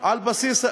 על בסיס,